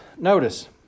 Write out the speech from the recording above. Notice